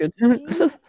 good